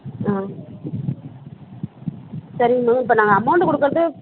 ஆ சரிங்க மேம் இப்போ நாங்கள் அமௌண்டு கொடுக்குறது